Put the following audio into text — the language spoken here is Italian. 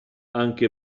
anche